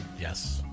Yes